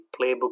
playbook